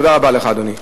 תודה רבה לך, אדוני.